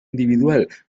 individual